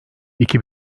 iki